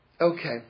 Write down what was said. Okay